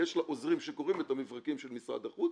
ויש לה עוזרים שקוראים את המברקים של שר החוץ,